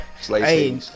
hey